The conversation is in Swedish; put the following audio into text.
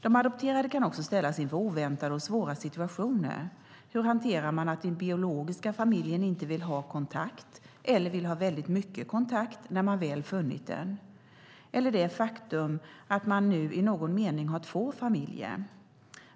De adopterade kan också ställas inför oväntade och svåra situationer: Hur hanterar man att den biologiska familjen inte vill ha kontakt eller vill ha väldigt mycket kontakt när man väl funnit den, eller det faktum att man nu i någon mening har två familjer?